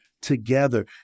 together